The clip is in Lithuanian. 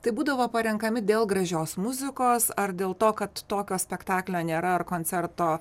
tai būdavo parenkami dėl gražios muzikos ar dėl to kad tokio spektaklio nėra ar koncerto